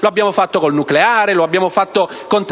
lo abbiamo fatto con il nucleare, lo abbiamo fatto con